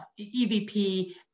EVP